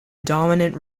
dominant